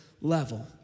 level